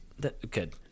Good